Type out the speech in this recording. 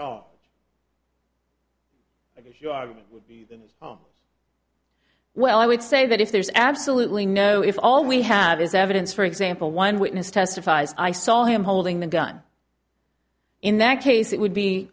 are oh well i would say that if there's absolutely no if all we have is evidence for example one witness testifies i saw him holding the gun in that case it would be